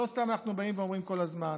לא סתם אנחנו אומרים כל הזמן